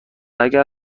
اگر